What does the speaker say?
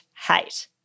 hate